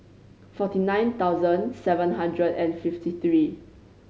forty nine thousand seven hundred and fifty three